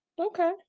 Okay